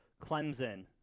Clemson